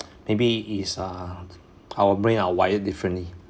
maybe it's uh our brain are wired differently